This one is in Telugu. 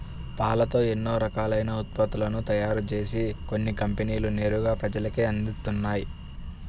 పాలతో ఎన్నో రకాలైన ఉత్పత్తులను తయారుజేసి కొన్ని కంపెనీలు నేరుగా ప్రజలకే అందిత్తన్నయ్